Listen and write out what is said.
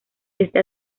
este